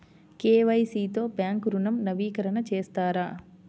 KYC తో bank ఋణం నవీకరణ చేస్తారా?